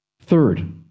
Third